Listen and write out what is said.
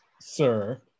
sir